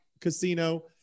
casino